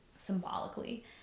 symbolically